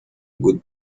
good